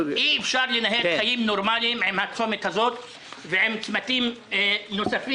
אי אפשר לנהל חיים נורמליים עם הצומת הזה ועם צמתים נוספים.